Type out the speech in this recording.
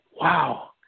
wow